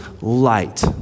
light